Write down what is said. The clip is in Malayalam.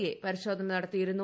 എ പരിശോധന നടത്തിയിരുന്നു